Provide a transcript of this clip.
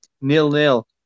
nil-nil